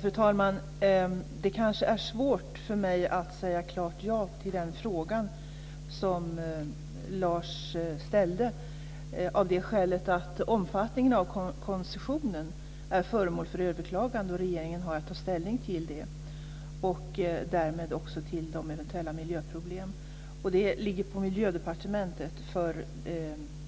Fru talman! Det är svårt för mig att svara klart ja på den fråga som Lars Elinderson ställde av det skälet att omfattningen av koncessionen är föremål för överklagande. Regeringen har att ta ställning till det och därmed också till de eventuella miljöproblemen. Det ligger på Miljödepartementet för